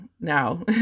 now